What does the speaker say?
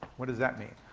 what does that mean?